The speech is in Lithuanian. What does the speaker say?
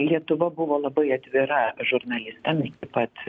lietuva buvo labai atvira žurnalistam pat